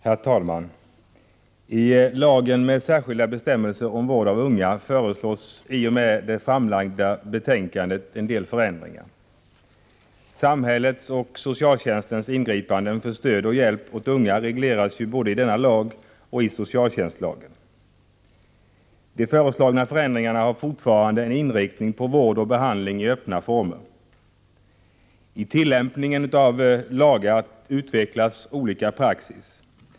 Herr talman! I lagen med särskilda bestämmelser om vård av unga föreslås i och med det framlagda betänkandet en del förändringar. Samhällets och socialtjänstens ingripanden för stöd och hjälp åt unga regleras ju både i denna lag och i socialtjänstlagen. De föreslagna förändringarna har fortfarande en inriktning på vård och behandling i öppna former. I tillämpningen av lagar utvecklas olika praxis.